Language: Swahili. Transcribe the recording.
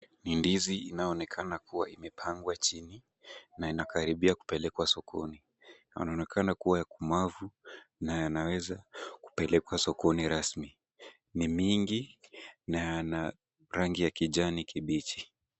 Ni ndizi inayoonekana kuwa imepangwa chini na inakaribia kupelekwa sokoni. Inaonekana kuwa komavu na inaweza kupelekwa sokoni rasmi. Ni mingi na yana rangi ya kijani kibichi.